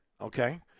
okay